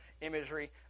imagery